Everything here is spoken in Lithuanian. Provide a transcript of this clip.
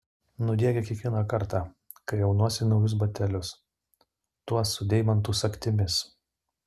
nudiegia kiekvieną kartą kai aunuosi naujus batelius tuos su deimantų sagtimis